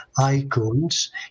icons